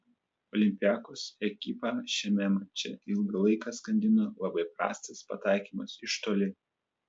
olympiakos ekipą šiame mače ilgą laiką skandino labai prastas pataikymas iš toli